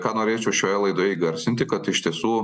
ką norėčiau šioje laidoje įgarsinti kad iš tiesų